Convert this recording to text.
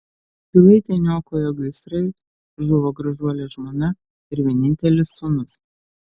pilaitę niokojo gaisrai žuvo gražuolė žmona ir vienintelis sūnus